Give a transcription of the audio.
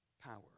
power